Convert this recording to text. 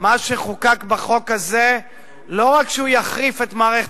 מה שחוקק בחוק הזה לא רק יחריף את מערכת